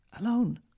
alone